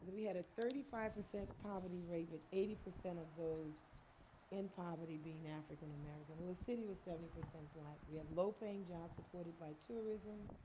and we had a thirty five percent poverty rate, with eighty percent of those in poverty being african-american. well, the city was seventy percent black. we had low paying jobs supported by tourism.